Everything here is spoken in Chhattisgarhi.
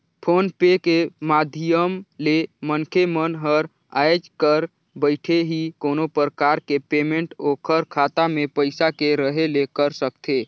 फोन पे के माधियम ले मनखे मन हर आयज घर बइठे ही कोनो परकार के पेमेंट ओखर खाता मे पइसा के रहें ले कर सकथे